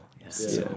Yes